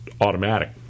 automatic